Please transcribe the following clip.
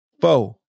Four